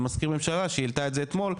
מזכיר הממשלה שהעלתה את זה אתמול,